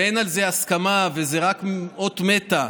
ואין על זה הסכמה וזו רק אות מתה,